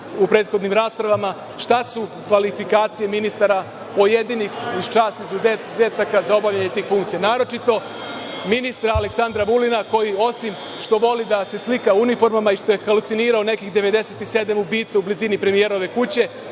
u prethodnim raspravama, šta su kvalifikacije pojedinih ministara, uz čast izuzetaka, za obavljanje tih funkcija? Naročito ministra Aleksandra Vulina koji, osim što voli da se slika u uniformama i što je halucinirao nekih 97 ubica u blizini premijerove kuće,